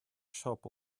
shop